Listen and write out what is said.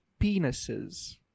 penises